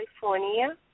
California